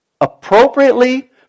appropriately